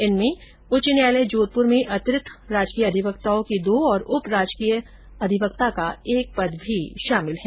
इनमें राजस्थान उच्च न्यायालय जोधप्र में अतिरिक्त राजकीय अधिवक्ताओं के दो और उप राजकीय अधिवक्ता का एक पद भी शामिल है